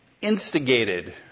instigated